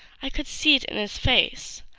i could see it in his face.